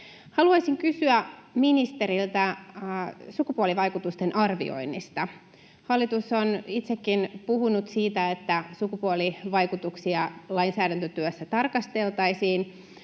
Haluaisin kysyä ministeriltä sukupuolivaikutusten arvioinnista: Hallitus on itsekin puhunut siitä, että sukupuolivaikutuksia lainsäädäntötyössä tarkasteltaisiin,